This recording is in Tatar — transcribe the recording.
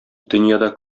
дөньяда